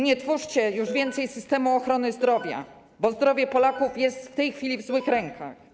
Nie twórzcie już więcej systemu ochrony zdrowia, bo zdrowie Polaków jest w tej chwili w złych rękach.